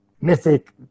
mythic